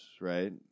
right